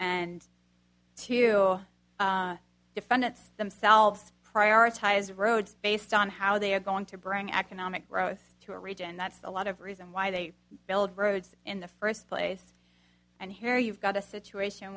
and two defendants themselves prioritize road based on how they are going to bring economic growth to a region that's a lot of reason why they build roads in the first place and here you've got a situation